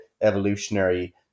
evolutionary